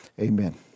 amen